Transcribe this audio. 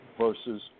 Versus